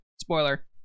spoiler